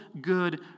good